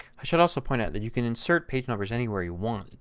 i should also point out that you can insert page numbers anywhere you want.